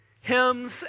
hymns